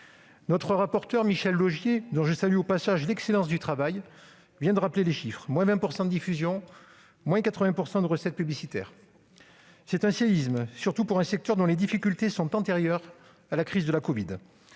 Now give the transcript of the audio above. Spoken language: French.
Notre rapporteur, Michel Laugier, dont je salue au passage l'excellence du travail, vient de rappeler les chiffres : la diffusion a diminué de 20 %, les recettes publicitaires de 80 %. C'est un séisme, surtout pour un secteur dont les difficultés sont antérieures à la crise de la covid,